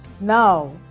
Now